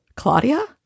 Claudia